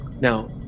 now